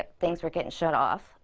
ah things were getting shut off,